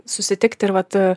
susitikti ir vat